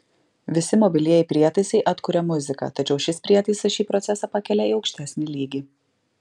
visi mobilieji prietaisai atkuria muziką tačiau šis prietaisas šį procesą pakelia į aukštesnį lygį